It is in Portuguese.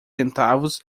centavos